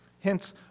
Hence